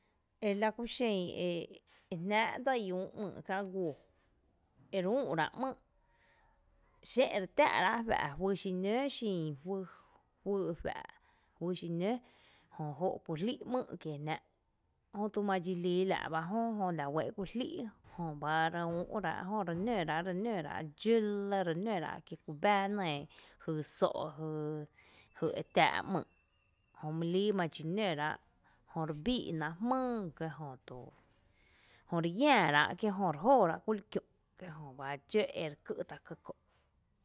Ela kúxen e e e jnⱥⱥ’ dsa i üú’ ´myy’ kiä’ guoo ere üú’ ráa’ ‘mýy’ xé’n re tⱥⱥ’ rá’ juⱥ’ juý xi nǿǿ xin juý e juⱥ’ juý xi nǿǿ jö jóo’ ku jlí’ ‘myy’ kiee jnaá’ jötu madxi lii la’ bájö, jö la uɇɇ kú jlí’ jöba re ´¨uú’ rá’ jö, re nǿ ráa’, re nǿ ráa’ dxǿ lɇ nǿ ráa’ ki kú bⱥ jy so’, jy e tⱥⱥ’ ‘myy’ jö my líi madxi nǿ rá’ jö re bíi’ náa’ jmýý ga jötu, jö re yää Ráa’ jö re jóóráa’ ki jö kúli kiü’ kí jöba dxǿ ere ký’ tá’ ka kö’.